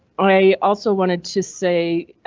i also wanted to say,